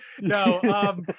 No